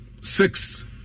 six